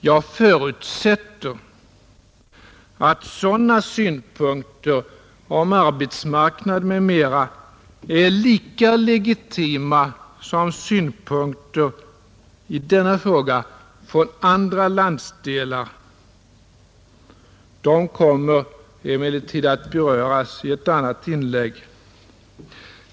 Jag förutsätter att sådana synpunkter om arbetsmarknad m. m, är lika legitima som synpunkter i denna fråga från andra landsdelar. Dessa synpunkter kommer emellertid att beröras i ett senare inlägg.